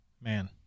man